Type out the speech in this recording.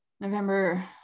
November